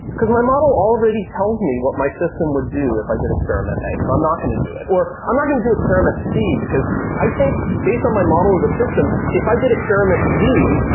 because my model already tells me what my system would do if i did experiment a. so i'm not going to do it, or i'm not going to experiment c, because i think based on my model of the system, if i did experiment d,